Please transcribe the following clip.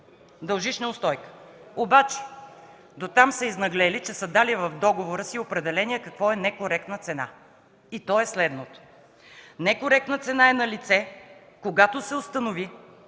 дължиш неустойка. Обаче дотам са изнаглели, че са дали в договора си определение какво е некоректна цена. А то е следното: „Некоректна цена е налице, когато се установи,